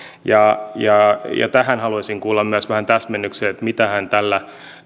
ja ja tähän haluaisin kuulla myös vähän täsmennyksiä mitä hän tällä